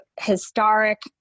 historic